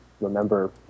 remember